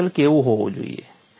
material કેવું હોવું જોઈએ